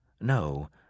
No